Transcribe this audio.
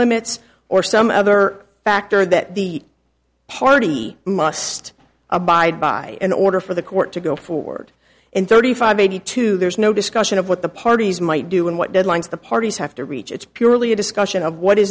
limits or some other factor that the party must abide by in order for the court to go forward and thirty five eighty two there's no discussion of what the parties might do and what deadlines the parties have to reach it's purely a discussion of what